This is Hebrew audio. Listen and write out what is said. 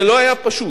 זה לא היה פשוט.